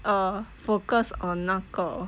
err focus on 那个